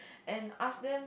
and ask them